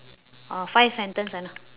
oh five sentence I know